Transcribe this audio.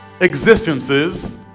existences